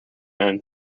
end